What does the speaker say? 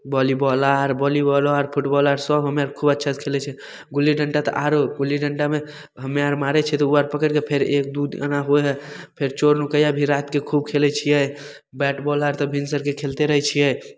volleyball आर वालीबॉलो आर फुटबॉल आर सभ हमे आर खूब अच्छासे खेलै छिए गुल्ली डन्टा तऽ आरो गुल्ली डन्टामे हमे आर मारै छिए तऽ ओ आर पकड़िके फेर एक दुइ एना होइ हइ फेर चोर नुकैआ भी रातिके खूब खेलै छिए बैट बॉल आर तऽ भिनसरके खेलतै रहै छिए